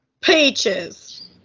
Peaches